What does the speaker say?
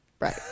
Right